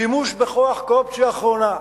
שימוש בכוח כאופציה אחרונה.